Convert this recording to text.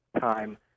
time